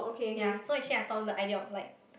ya so actually I thought of the idea of like